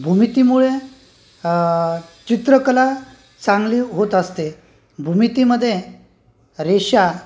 भूमितीमुळे चित्रकला चांगली होत असते भूमितीमध्ये रेषा